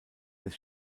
des